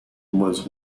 was